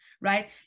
right